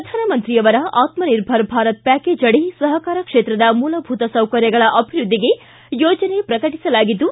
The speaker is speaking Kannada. ಪ್ರಧಾನಮಂತ್ರಿಯವರ ಆತ್ಮ ನಿರ್ಭರ್ ಭಾರತ್ ಪ್ಯಾಕೇಜ್ ಅಡಿ ಸಹಕಾರ ಕ್ಷೇತ್ರದ ಮೂಲಭೂತ ಸೌಕರ್ಯಗಳ ಅಭಿವೃದ್ಧಿಗೆ ಯೋಜನೆ ಪ್ರಕಟಸಲಾಗಿದ್ದು